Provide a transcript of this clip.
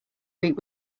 week